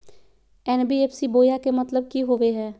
NBFC बोया के मतलब कि होवे हय?